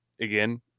Again